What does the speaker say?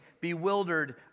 bewildered